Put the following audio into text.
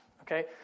okay